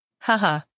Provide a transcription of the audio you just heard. Haha